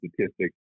statistics